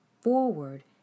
forward